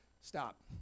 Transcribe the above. Stop